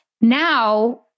Now